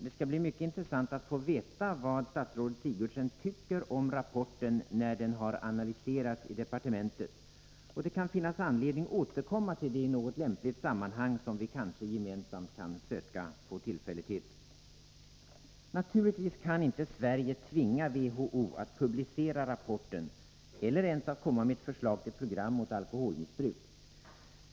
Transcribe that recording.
Det skall bli mycket intressant att få veta vad statsrådet Sigurdsen tycker om rapporten, när den har analyserats i departementet, och det kan finnas anledning återkomma till det i något lämpligt sammanhang, som vi kanske gemensamt kan söka få tillfälle till. Naturligtvis kan inte Sverige tvinga WHO att publicera rapporten eller ens att komma med ett förslag till program mot alkoholmissbruk.